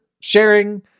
sharing